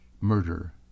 Murder